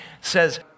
says